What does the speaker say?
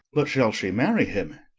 but shall she marry him?